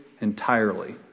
entirely